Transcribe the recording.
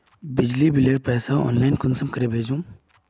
बिजली बिलेर पैसा ऑनलाइन कुंसम करे भेजुम?